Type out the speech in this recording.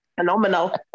Phenomenal